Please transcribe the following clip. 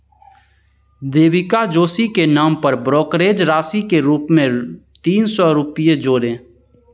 देविका जोशी के नाम पर ब्रोकरेज राशि के रूप में रूप में तीन सौ रुपये जोड़ें